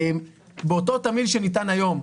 באותו תמהיל שניתן היום,